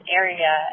area